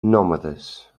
nòmades